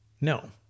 No